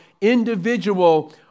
individual